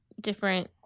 different